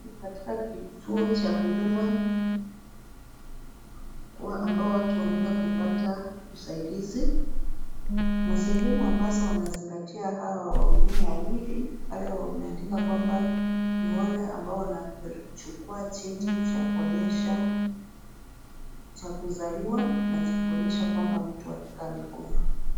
Ni katika kituo cha huduma ambao watu wanaenda kupata usaidizi, na sehemu ambazo wanazingatia hawa wahudumu wawili, pale wameandika kwamba ni wale ambao wanachukua cheti cha kuonyesha cha kuzaliwa na cha kuonyesha kwamba mtu hakika amekufa.